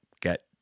get